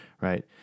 Right